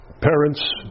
parents